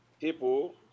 people